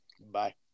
Bye